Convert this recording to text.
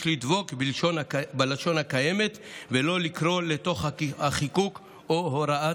יש לדבוק בלשון הקיימת ולא לקרוא לתוך החיקוק או הוראת